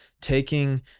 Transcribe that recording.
taking